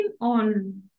on